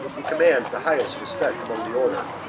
who commands the highest respect among the order.